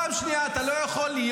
פעם שנייה, אתה לא יכול להיות